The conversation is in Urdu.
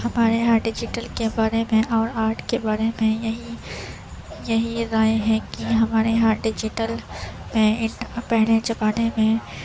ہمارے یہاں ڈیجیٹل کے بارے میں اور آرٹ کے بارے میں یہی یہی رائے ہے کہ ہمارے یہاں ڈیجیٹل پیئنٹ پہلے زمانے میں